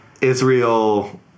Israel